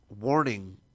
warning